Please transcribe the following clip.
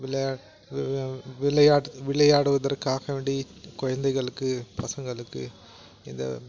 விளை விளையாட்டுக் விளையாடுவதற்காக வேண்டி குழந்தைகளுக்கு பசங்களுக்கு இந்த